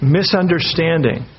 misunderstanding